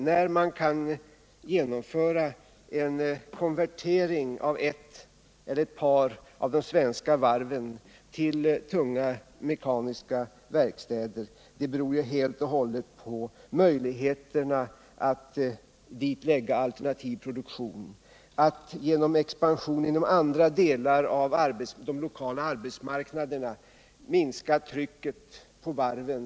När man kan genomföra en konvertering av ett eller ett par av de svenska varven till tunga mekaniska verkstäder beror helt och hållet på möjligheterna att där lägga alternativ produktion. Det är också väsentligt att genom expansion inom andra delar av de lokala arbetsmarknaderna minska trycket på varven.